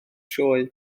sioe